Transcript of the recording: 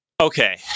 Okay